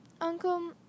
Uncle